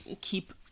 keep